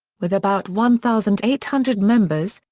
with about one thousand eight hundred members,